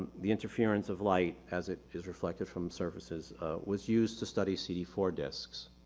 the interferons of light as it is reflected from surfaces was used to study cd four discs.